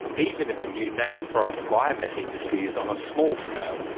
even if a new native forest biomass industry is on a small scale,